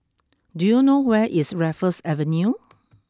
do you know where is Raffles Avenue